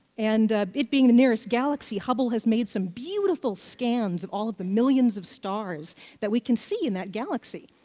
and it being the nearest galaxy, hubble has made some beautiful scans of all of the millions of stars that we can see in that galaxy.